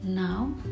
Now